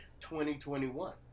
2021